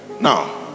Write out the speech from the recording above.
now